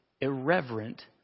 irreverent